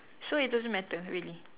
so it doesn't matter really